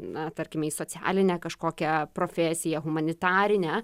na tarkime į socialinę kažkokią profesiją humanitarinę